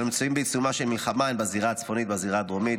מלחמה הן בזירה הצפונית והן בזירה הדרומית.